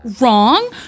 wrong